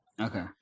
Okay